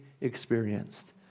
experienced